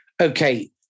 Okay